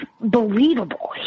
believable